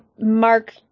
Mark